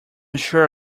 sure